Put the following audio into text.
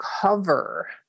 cover